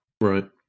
Right